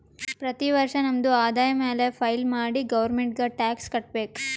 ಪ್ರತಿ ವರ್ಷ ನಮ್ದು ಆದಾಯ ಮ್ಯಾಲ ಫೈಲ್ ಮಾಡಿ ಗೌರ್ಮೆಂಟ್ಗ್ ಟ್ಯಾಕ್ಸ್ ಕಟ್ಬೇಕ್